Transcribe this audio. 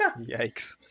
yikes